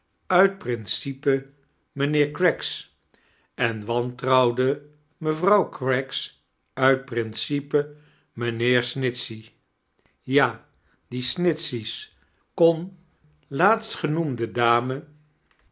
uit principe mijnheer craggs en wantrouwde mevrouw craggs uit principe mijnheer snitchey ja die snitchey s kon laatstgenoemdei dame